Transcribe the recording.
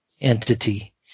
Entity